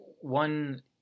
one